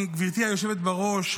גברתי היושבת בראש,